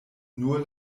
nur